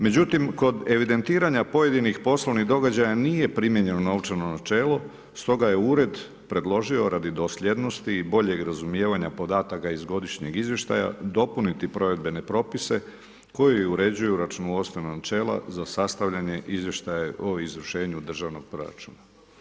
Međutim, kod evidentiranja pojedinih poslovnih događaja, nije primijenjeno novčano načelo, stoga je ured predložio radi dosljednosti i boljeg razumijevanja podataka iz godišnjeg izvještaja, dopuniti provedbene propise, koje uređuju računovodstvena načela za sastavljanje izvještaja o izvršenju državnog proračuna.